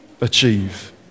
achieve